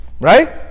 Right